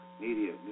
media